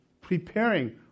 preparing